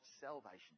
salvation